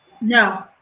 No